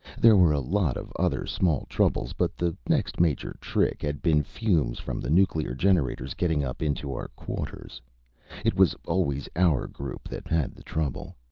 there were a lot of other small troubles, but the next major trick had been fumes from the nuclear generators getting up into our quarters it was always our group that had the trouble.